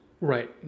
Right